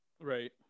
Right